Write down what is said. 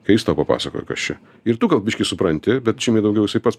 kai jis tau papasakoja kas čia ir tu gal biškį supranti bet žymiai daugiau jisai pats